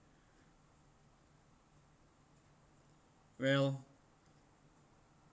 well